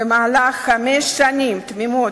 במהלך חמש שנים תמימות,